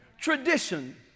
Tradition